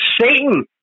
Satan